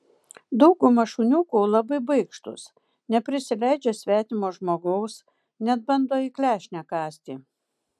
dauguma šuniukų labai baikštūs neprisileidžia svetimo žmogaus net bando į klešnę kąsti